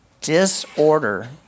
Disorder